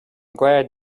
glad